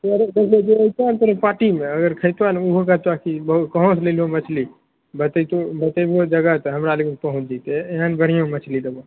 अएतऽ ने तनि पार्टीमे अगर खएतऽ ने ओहो कहतऽ कि बहु कहाँ से लैलो हँ मछली बतैतो बतेबहो जगह तऽ हमरा लगमे पहुँचि जएतै एहन बढ़िआँ मछली देबऽ